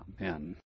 Amen